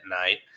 night